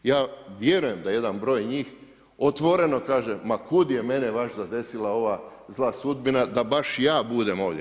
Ja vjerujem da jedan broj njih otvoreno kaže ma kuda je mene baš zadesila ova zla sudbina da baš ja budem ovdje.